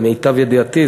למיטב ידיעתי,